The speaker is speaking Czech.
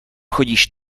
chodíš